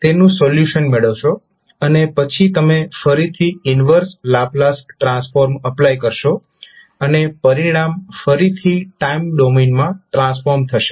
તેનું સોલ્યુશન મેળવશો અને પછી તમે ફરીથી ઈન્વર્સ લાપ્લાસ ટ્રાન્સફોર્મ એપ્લાય કરશો અને પરિણામ ફરીથી ટાઈમ ડોમેનમાં ટ્રાન્સફોર્મડ થશે